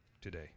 today